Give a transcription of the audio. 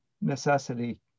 necessity